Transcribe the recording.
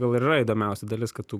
gal ir yra įdomiausia dalis kad tu